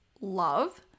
love